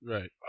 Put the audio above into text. Right